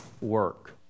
work